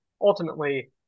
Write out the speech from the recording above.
ultimately